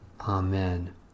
Amen